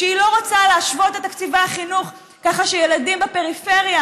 שהיא לא רוצה להשוות את תקציבי החינוך ככה שילדים בפריפריה,